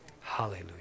Hallelujah